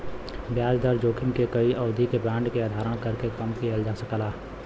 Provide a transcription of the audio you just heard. ब्याज दर जोखिम के कई अवधि के बांड के धारण करके कम किहल जा सकला